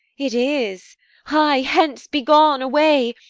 it is hie hence, be gone, away!